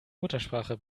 muttersprache